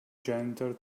janitor